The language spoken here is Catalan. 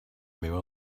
meva